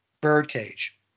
Birdcage